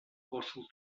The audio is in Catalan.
cossos